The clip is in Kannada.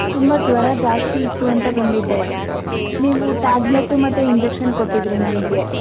ತುಂಬ ಜ್ವರ ಜಾಸ್ತಿ ಇತ್ತು ಅಂತ ಬಂದಿದ್ದೆ ನೀವು ಟ್ಯಾಬ್ಲೆಟ್ ಮತ್ತು ಇಂಜೆಕ್ಷನ್ ಕೊಟ್ಟಿದ್ದಿರಿ ನನಗೆ